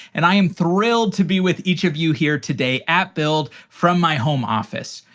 and i am thrilled to be with each of you here today at build from my home office.